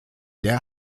der